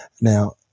Now